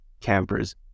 campers